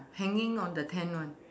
hanging on the tent one